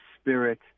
spirit